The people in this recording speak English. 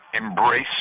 embrace